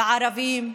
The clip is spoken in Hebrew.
לערבים?